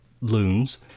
Loons